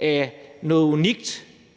er noget unikt,